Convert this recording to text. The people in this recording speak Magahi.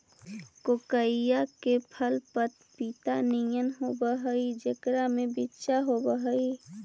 कोकोइआ के फल पपीता नियन होब हई जेकरा में बिच्चा होब हई